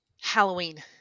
Halloween